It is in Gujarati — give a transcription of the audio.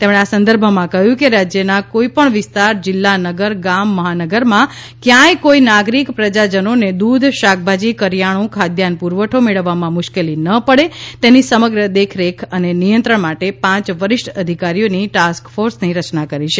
તેમણે આ સંદર્ભમાં કહ્યું કે રાજ્યના કોઇપણ વિસ્તાર જિલ્લા નગર ગામ મહાનગરમાં કયાંથ કોઇ નાગરિક પ્રજાજનોને દૂધ શાકભાજી કરિયાણું ખાદ્યાન્ન પુરવઠો મેળવવામાં મુશ્કેલી ન પડે તેની સમગ્ર દેખરેખ અને નિયંત્રણ માટે પાંચ વરિષ્ઠ અધિકારીઓની ટાસ્ક ફોર્સની રચના કરી છે